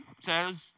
says